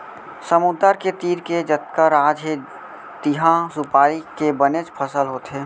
समुद्दर के तीर के जतका राज हे तिहॉं सुपारी के बनेच फसल होथे